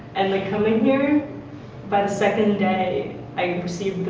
and they coming here by the second day i received